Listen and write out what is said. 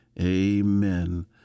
Amen